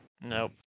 Nope